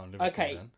okay